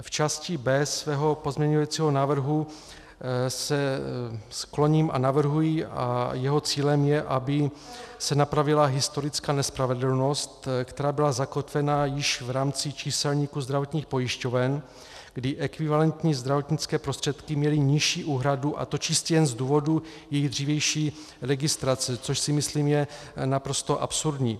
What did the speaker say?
V části B svého pozměňovacího návrhu se skloním a navrhuji... a jeho cílem je, aby se napravila historická nespravedlnost, která byla zakotvena již v rámci číselníku zdravotních pojišťoven, kdy ekvivalentní zdravotnické prostředky měly nižší úhradu, a to čistě jen z důvodu jejich dřívější registrace, což si myslím je naprosto absurdní.